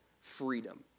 freedom